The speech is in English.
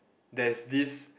there's this